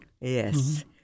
Yes